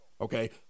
okay